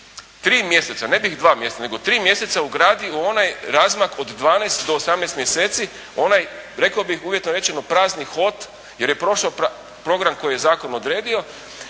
3 mjeseca, ne bih 2 mjeseca nego 3 mjeseca ugradi u onaj razmak od 12 do 18 mjeseci, onaj rekao bih uvjetno rečeno prazni hod jer je prošao program koji je zakon odredio